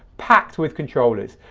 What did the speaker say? packed with controllers.